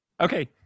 Okay